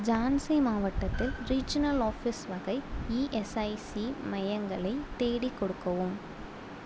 ஜான்சி மாவட்டத்தில் regional office வகை ESIC மையங்களை தேடிக் கொடுக்கவும்